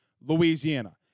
Louisiana